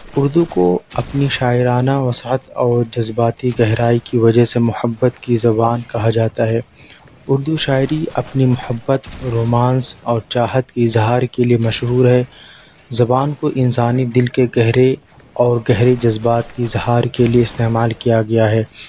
اردو کو اپنی شاعرانہ وسعت اور جذباتی گہرائی کی وجہ سے محبت کی زبان کہا جاتا ہے اردو شاعری اپنی محبت رومانس اور چاہت کی اظہار کے لئے مشہور ہے زبان کو انسانی دل کے گہرے اور گہری جذبات کی اظہار کے لئے استعمال کیا گیا ہے